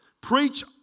preach